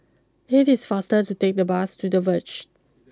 it is faster to take bus to the Verge